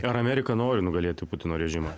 ar amerika nori nugalėti putino režimą